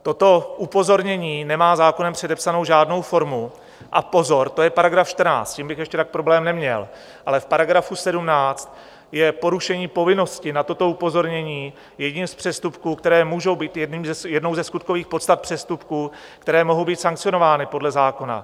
Toto upozornění nemá zákonem předepsanou žádnou formu, a pozor, to je § 14, s tím bych ještě tak problém neměl, ale v § 17 je porušení povinnosti na toto upozornění jedním z přestupků, které můžou být jednou ze skutkových podstat přestupků, které mohou být sankcionovány podle zákona.